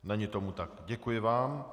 Není tomu tak, děkuji vám.